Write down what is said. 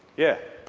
yeah.